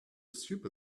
super